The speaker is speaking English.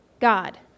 God